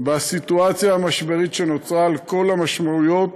גיסא בסיטואציה המשברית שנוצרה על כל המשמעויות